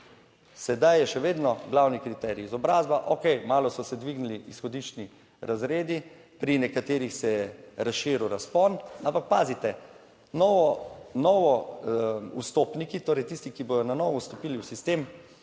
Sedaj je še vedno glavni kriterij izobrazba. Okej, malo so se dvignili izhodiščni razredi, pri nekaterih se je razširil razpon, ampak pazite, novi vstopniki, torej tisti, ki bodo na novo vstopili v sistem